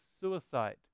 suicide